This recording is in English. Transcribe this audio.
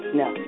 no